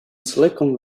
silicon